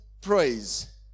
praise